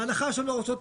בהנחה שהן לא רוצות,